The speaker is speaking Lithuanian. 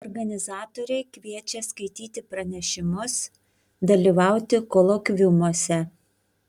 organizatoriai kviečia skaityti pranešimus dalyvauti kolokviumuose